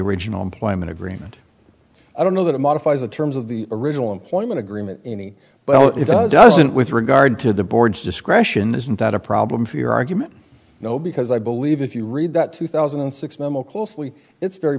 original employment agreement i don't know that it modifies the terms of the original employment agreement any well it doesn't with regard to the board's discretion isn't that a problem for your argument no because i believe if you read that two thousand and six memo closely it's very